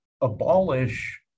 abolish